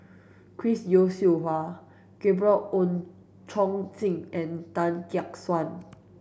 Chris Yeo Siew Hua Gabriel Oon Chong Jin and Tan Gek Suan